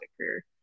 career